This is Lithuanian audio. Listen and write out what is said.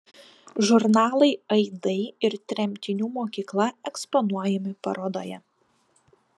žurnalai aidai ir tremtinių mokykla eksponuojami parodoje